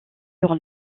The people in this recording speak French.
sur